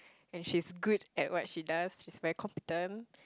and she's good at what she does she's very competent